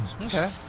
okay